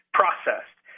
processed